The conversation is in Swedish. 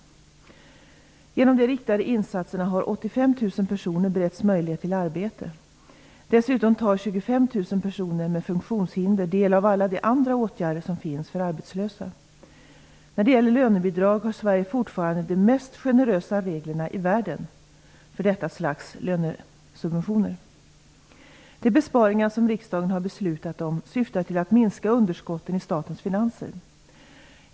Genom de riktade insatserna har 85 000 personer beretts möjlighet till arbete. Dessutom tar 25 000 personer med funktionshinder del av alla de andra åtgärder som finns för arbetslösa. När det gäller lönebidrag har Sverige fortfarande de mest generösa reglerna i världen för detta slags lönesubventioner. De besparingar som riksdagen har beslutat om syftar till att minska underskotten i statens finanser.